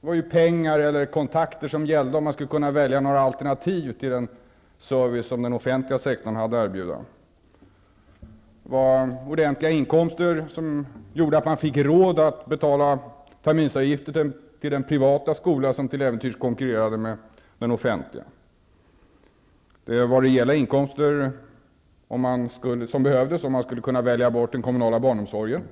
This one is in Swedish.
Det var ju pengar eller kontakter som gällde om man skulle kunna välja några alternativ till den service som den offentliga sektorn hade att erbjuda. Ordentliga inkomster gjorde att man fick råd att betala terminsavgifter till den privata skola som till äventyrs konkurrerade med den offentliga. Det var rejäla inkomster som behövdes om man skulle kunna välja bort den kommunala barnomsorgen.